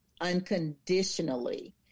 unconditionally